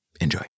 Enjoy